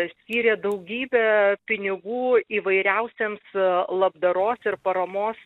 skyrė daugybę pinigų įvairiausiems labdaros ir paramos